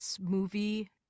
movie